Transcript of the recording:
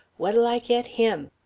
what'll i get him.